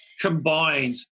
combined